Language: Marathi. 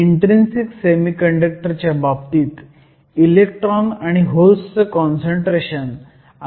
इन्ट्रीन्सिक सेमीकंडक्टर च्या बाबतीत इलेक्ट्रॉन आणि होल्सचं काँसंट्रेशन अंदाजे सारखंच असतं